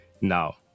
Now